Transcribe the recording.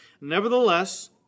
Nevertheless